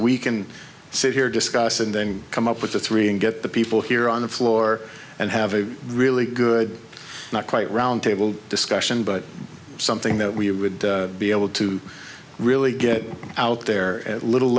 we can sit here discuss and then come up with the three and get the people here on the floor and have a really good not quite round table discussion but something that we would be able to really get out there a little